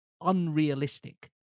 unrealistic